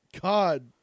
God